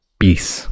peace